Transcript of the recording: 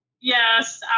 Yes